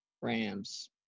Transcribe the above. Rams